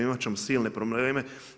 Imat ćemo silne probleme.